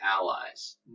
allies